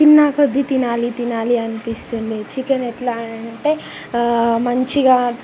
తినేకొద్దీ తినాలి తినాలి అనిపిస్తుంది చికెన్ ఎట్లా అంటే మంచిగా